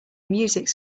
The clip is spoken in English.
music